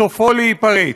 סופו להיפרץ.